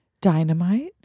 Dynamite